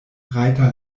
rajta